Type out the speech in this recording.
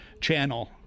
channel